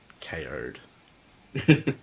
KO'd